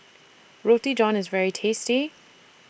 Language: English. Roti John IS very tasty